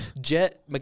Jet